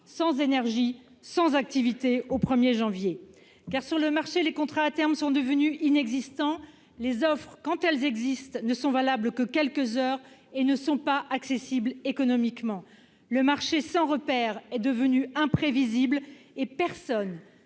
sans énergie, donc sans activité, au 1 janvier prochain. En effet, sur le marché, les contrats à terme sont devenus inexistants. Les offres, quand elles existent, ne sont valables que quelques heures et ne sont pas économiquement accessibles. Le marché, sans repères, est devenu imprévisible et personne-